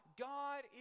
God